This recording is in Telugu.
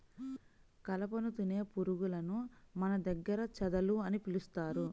కలపను తినే పురుగులను మన దగ్గర చెదలు అని పిలుస్తారు